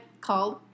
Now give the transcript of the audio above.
called